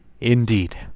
indeed